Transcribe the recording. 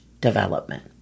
development